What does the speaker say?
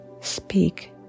speak